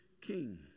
King